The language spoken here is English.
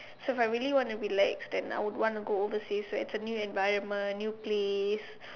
so if I really want to go relax then I would want to go overseas where it's a new environment new place